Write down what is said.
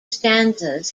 stanzas